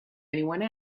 anyone